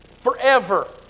Forever